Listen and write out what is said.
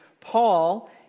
Paul